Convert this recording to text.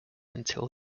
until